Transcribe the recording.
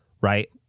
right